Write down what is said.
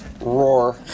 Roar